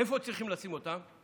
איפה צריכים לשים אותן?